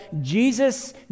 Jesus